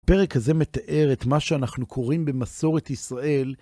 פרק הזה מתאר את מה שאנחנו קוראים במסורת ישראל.